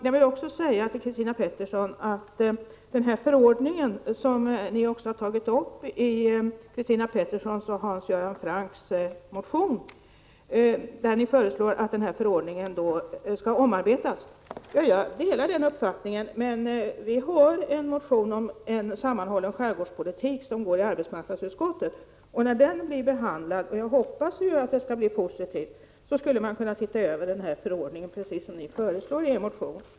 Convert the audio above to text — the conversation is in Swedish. I den motion som Christina Pettersson har väckt tillsammans med Hans-Erik Andersson och Hans Göran Franck föreslås att förordningen om handläggning av vissa personalfrågor i statlig verksamhet utmed rikets kuster skall omarbetas. Jag delar den uppfattningen. Vi har från vårt håll väckt en motion om en sammanhållen skärgårdspolitik, som har remitterats till arbetsmarknadsutskottet. När den har blivit behandlad, och jag hoppas att behandlingen skall bli positiv, skulle man kunna titta över den förordning som ni har tagit upp i er motion.